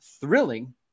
thrilling